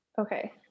Okay